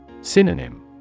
Synonym